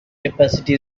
capacity